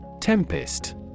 Tempest